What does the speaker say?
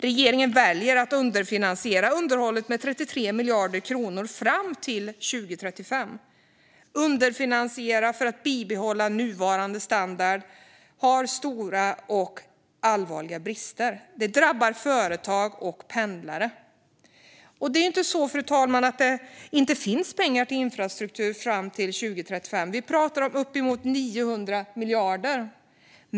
Regeringen väljer att underfinansiera underhållet med 33 miljarder kronor fram till 2035. Man underfinansierar för att bibehålla nuvarande standard, som har stora och allvarliga brister. Det drabbar företag och pendlare. Det är inte så, fru talman, att det inte finns pengar till infrastruktur fram till 2035. Vi pratar om uppemot 900 miljarder.